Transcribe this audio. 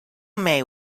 may